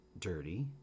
dirty